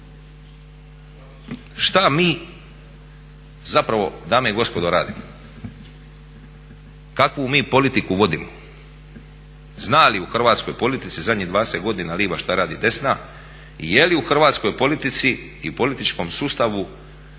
Šta mi zapravo dame i gospodo radimo? Kakvu mi politiku vodimo? Zna li u hrvatskoj politici zadnjih 20 godina lijeva što radi desna i je li u hrvatskoj politici i u političkom sustavu